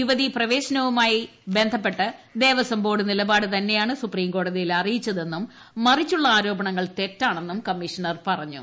യുവതീ പ്രവേശനവുമായി ബന്ധപ്പെട്ട് ദേവസ്വം ബോർഡ് നിലപാട് തന്നെയാണ് സുപ്രീംകോടതിയിൽ അറിയിച്ചതെന്നും മറിച്ചുള്ള ആരോപണങ്ങൾ തെറ്റാണെന്നും കമ്മീഷണർ പറഞ്ഞു